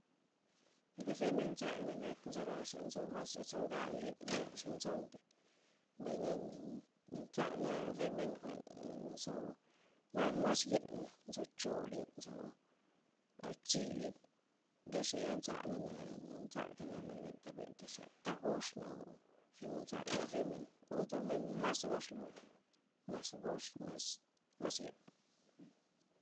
Mbay re men nzalna nak nzo rooxa' nzo masra' tzongal lyn, lyn xa'nzonre, mbay na nzalnana re men jwa'n nzo ma- mas yena', nzo choo lyn nzo altzi lyn, re xaya' nzana na- na nzaltana bentha bentaxa' thagoxna' zino tzalna re men o tzo mer mas goxlon, mas gox mas yen.